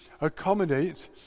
accommodate